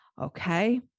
Okay